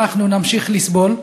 אנחנו נמשיך לסבול,